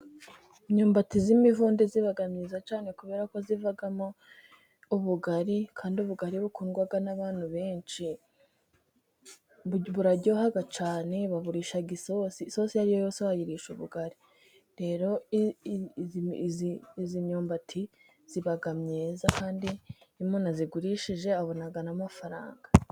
Imyumbati y'imivunde iba myiza cyane, kubera ko ivamo ubugari, kandi ubugari bukundwa n'abantu benshi buraryoha cyane, baburisha isosi isosi iyo ari yo yose wayirisha ubugari. Rero iyi myumbati iba myiza, kandi iyo umuntu ayigurishije abona amafaranga.